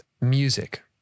music